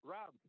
Rob